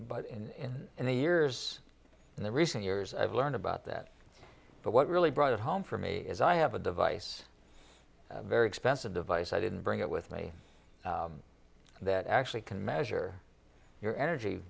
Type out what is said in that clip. but in the years in the recent years i've learned about that but what really brought it home for me is i have a device very expensive device i didn't bring it with me that actually can measure your energy